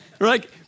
right